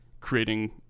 creating